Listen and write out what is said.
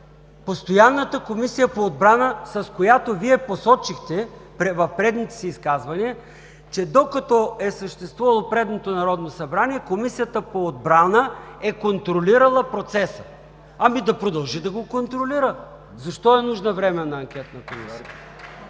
постоянната Комисия по отбрана? Вие посочихте в предните си изказвания, че докато е съществувало предното Народно събрание, Комисията по отбрана е контролирала процеса. Ами да продължи да го контролира! Защо е нужна Временна анкетна комисия?